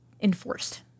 enforced